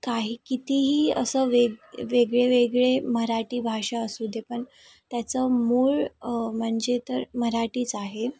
काही कितीही असं वेग वेगळे वेगळे मराठी भाषा असू दे पण त्याचं मूळ म्हणजे तर मराठीच आहे